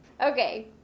Okay